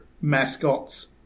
mascots